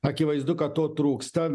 akivaizdu kad to trūksta